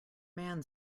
man